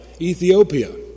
Ethiopia